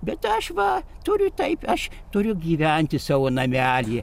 bet aš va turiu taip aš turiu gyventi savo namelyje